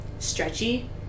Stretchy